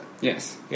Yes